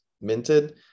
minted